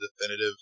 definitive